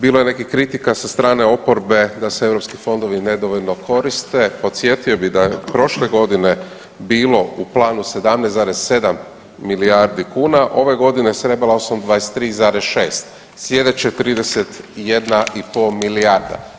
Bilo je nekih kritika sa strane oporbe da se europski fondovi nedovoljno koriste, podsjetio bih da je prošle godine bilo u planu 17,7 milijardi kuna, ove godine s rebalansom 23,6, sljedeće 31,5 milijarda.